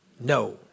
no